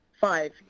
five